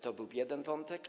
To był jeden wątek.